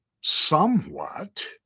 somewhat